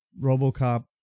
RoboCop